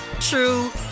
true